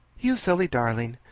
you silly darling!